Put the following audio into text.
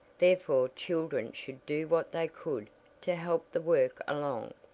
therefore children should do what they could to help the work along.